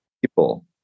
people